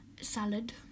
Salad